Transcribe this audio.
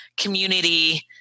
community